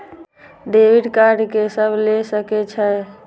Debit card के सब ले सके छै?